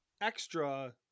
extra